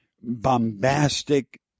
bombastic